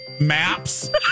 Maps